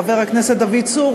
חבר הכנסת דוד צור,